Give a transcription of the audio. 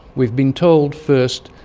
we have been told, first,